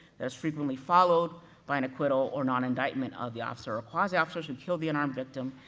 that is frequently followed by an acquittal or non-indictment of the officer or quasi-officers who killed the unarmed victim,